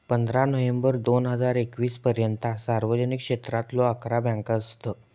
पंधरा नोव्हेंबर दोन हजार एकवीस पर्यंता सार्वजनिक क्षेत्रातलो अकरा बँका असत